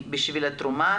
יש נשים שהיום הן נתרמות,